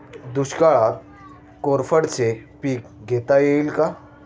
दुष्काळात कोरफडचे पीक घेता येईल का?